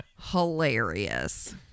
hilarious